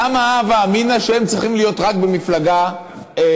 למה ההווה אמינא היא שהם צריכים להיות רק במפלגה ערבית?